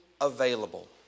available